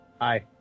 Hi